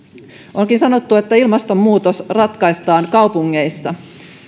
onkin sanottu että ilmastonmuutos ratkaistaan kaupungeissa